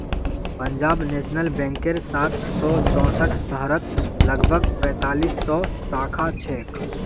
Punjab national बैंकेर सात सौ चौसठ शहरत लगभग पैंतालीस सौ शाखा छेक